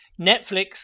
Netflix